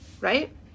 right